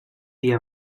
dia